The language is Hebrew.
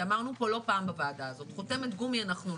אמרנו פה לא פעם בוועדה הזו, חותמת גומי אנחנו לא.